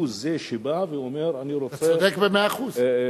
הוא זה שבא ואומר: אני רוצה לפרוש.